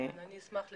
אני אשמח להתעדכן.